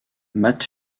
matt